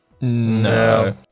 No